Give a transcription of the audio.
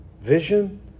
vision